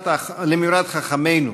למימרת חכמינו: